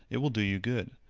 it will do you good.